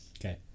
Okay